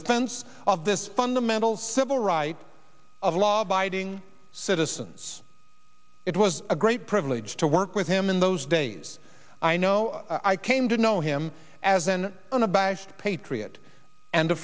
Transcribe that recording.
defense of this fundamental civil rights of law abiding citizens it was a great privilege to work with him in those days i know i came to know him as an unabashed patriot and a